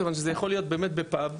כיוון שזה יכול להיות באמת בפאב,